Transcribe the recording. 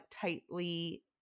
tightly